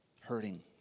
hurting